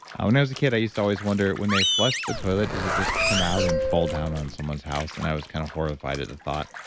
when i was a kid, i used to always wonder, when they flush the toilet, does it just come out and fall down on someone's house? and i was kind of horrified at the thought.